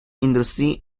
industry